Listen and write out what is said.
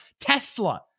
Tesla